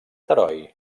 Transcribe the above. heroi